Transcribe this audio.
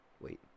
wait